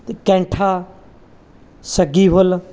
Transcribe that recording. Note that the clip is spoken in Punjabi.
ਕੈਂਠਾ ਸੱਗੀ ਫੁੱਲ